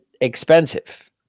expensive